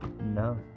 No